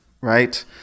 right